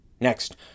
next